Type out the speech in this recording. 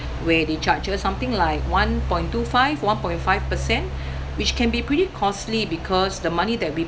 where they charge us something like one point two five one point five percent which can be pretty costly because the money that we